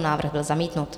Návrh byl zamítnut.